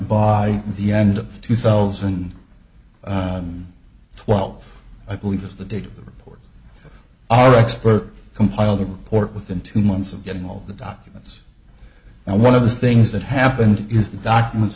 by the end of two thousand and twelve i believe was the date of the report of our expert compiled a report within two months of getting all the documents and one of the things that happened is that documents